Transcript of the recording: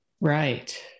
Right